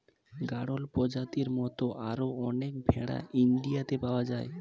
গাড়ল প্রজাতির মত আরো অনেক ভেড়া ইন্ডিয়াতে পাওয়া যায়